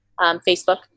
Facebook